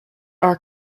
our